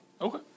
Okay